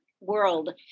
world